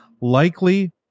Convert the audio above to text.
likely